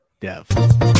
Dev